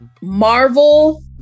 Marvel